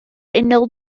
unol